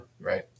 Right